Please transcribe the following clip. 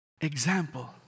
Example